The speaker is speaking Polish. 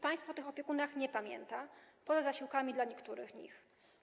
Państwo o tych opiekunach nie pamięta, poza zasiłkami dla niektórych z nich.